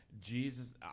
Jesus